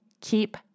keep